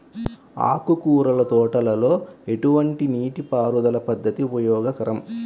ఆకుకూరల తోటలలో ఎటువంటి నీటిపారుదల పద్దతి ఉపయోగకరం?